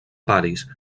paris